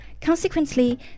Consequently